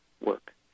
Work